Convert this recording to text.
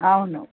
అవును